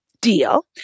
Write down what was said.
deal